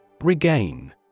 Regain